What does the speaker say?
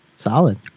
Solid